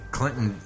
Clinton